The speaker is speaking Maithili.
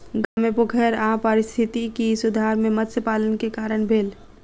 गाम मे पोखैर आ पारिस्थितिकी मे सुधार मत्स्य पालन के कारण भेल